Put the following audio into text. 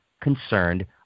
concerned